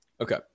Okay